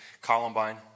Columbine